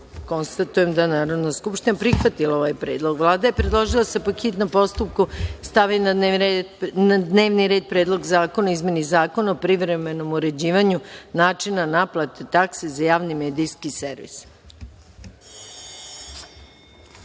nema. Konstatujem da je Narodna skupština prihvatila ovaj predlog. Vlada je predložila da se, po hitnom postupku, stavi na dnevni red -Predlog zakona o izmeni Zakona o privremenom uređivanju načina naplate takse za javni medijski